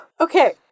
Okay